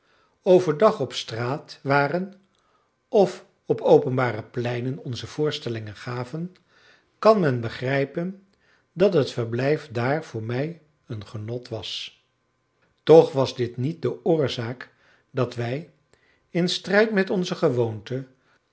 dag op straat waren of op openbare pleinen onze voorstellingen gaven kan men begrijpen dat het verblijf daar voor mij een genot was toch was dit niet de oorzaak dat wij in strijd met onze gewoonte